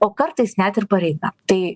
o kartais net ir pareiga tai